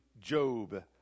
Job